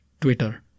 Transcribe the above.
Twitter